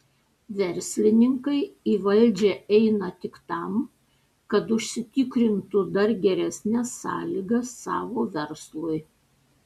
verslininkai į valdžią eina tik tam kad užsitikrintų dar geresnes sąlygas savo verslui